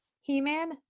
He-Man